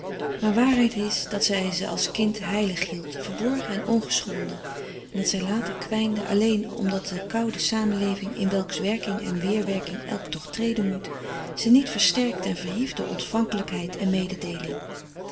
maar waarheid is dat zij ze als kind heilig hield verborgen en ongeschonden en dat zij later kwijnden alleen omdat de koude samenleving in welks werking en weerwerking elk toch treden moet ze niet versterkte en verhief door ontvankelijkheid en mededeeling